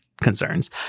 concerns